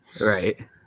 Right